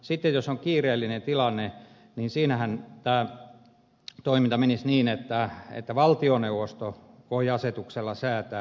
sitten jos on kiireellinen tilanne tämä toiminta menisi niin että valtioneuvosto voi asetuksella säätää